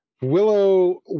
willow